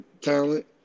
talent